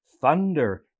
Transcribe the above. thunder